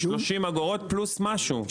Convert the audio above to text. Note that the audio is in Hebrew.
זה 30 אגורות פלוס משהו.